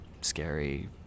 scary